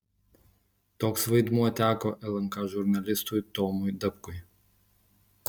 toks vaidmuo teko lnk žurnalistui tomui dapkui